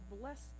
bless